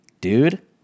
Dude